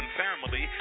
family